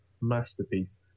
masterpiece